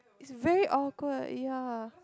it's very awkward ya